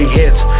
hits